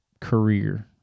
career